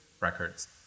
records